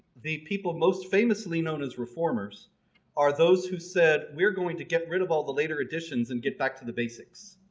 the people most famously known as reformers are those who said we're going to get rid of all the later additions and get back to the basics.